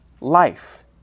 life